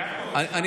יעקב, החוק לא עובר.